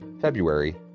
february